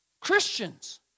Christians